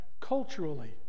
culturally